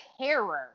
terror